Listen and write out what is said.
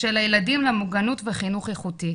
של הילדים למוגנות וחינוך איכותי?